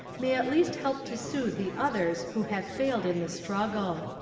may at least help to soothe the others who have failed in the struggle.